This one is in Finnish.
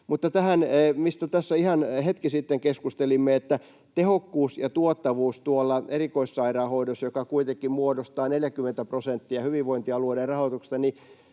Mutta tähän, mistä tässä ihan hetki sitten keskustelimme: Kun tehokkuus ja tuottavuus erikoissairaanhoidossa kuitenkin muodostavat 40 prosenttia hyvinvointialueiden rahoituksesta,